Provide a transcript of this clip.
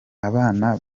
abana